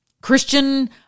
Christian